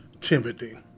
Timothy